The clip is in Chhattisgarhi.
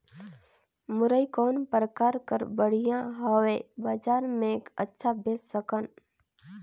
मुरई कौन प्रकार कर बढ़िया हवय? बजार मे अच्छा बेच सकन